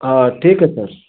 हाँ ठीक है सर